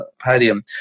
podium